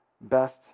best